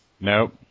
Nope